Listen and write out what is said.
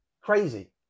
crazy